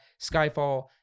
Skyfall